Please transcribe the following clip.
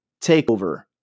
TakeOver